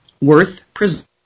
worth